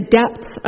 depths